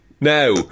now